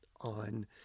on